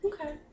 Okay